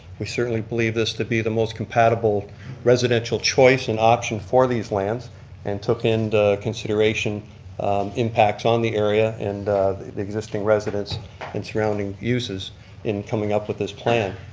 we certainly believe this to be the most compatible residential choice and option for these lands and took into consideration impacts on the area and the the existing residents and surrounding uses in coming up with this plan.